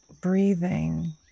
breathing